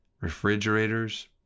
refrigerators